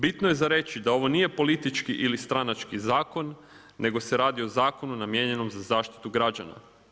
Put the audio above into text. Bitno je za reći da ovo nije politički ili stranački zakon nego se radi o zakonu namijenjenom za zaštitu građana.